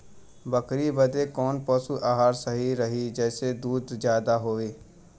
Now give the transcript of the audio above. बकरी बदे कवन पशु आहार सही रही जेसे दूध ज्यादा होवे?